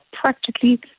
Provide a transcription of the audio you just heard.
practically